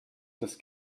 des